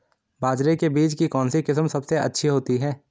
बाजरे के बीज की कौनसी किस्म सबसे अच्छी होती है?